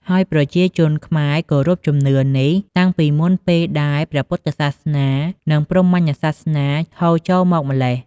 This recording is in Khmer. ហើយប្រជាជនខ្មែរ គោរពជំនឿនេះ តាំងពីមុនពេលដែលព្រះពុទ្ធសាសនា និងព្រហ្មញ្ញសាសនា ហូរចូលមកម្ល៉េះ។